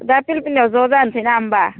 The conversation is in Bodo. दा फिलि फिलिआव ज' जानोसै ना होमबा